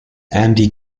andy